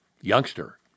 youngster